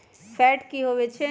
Fat की होवछै?